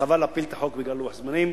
וחבל להפיל את החוק בגלל לוח זמנים,